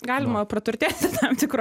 galima praturtėti tam tikru